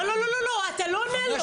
לא, לא, אתה לא עונה לו.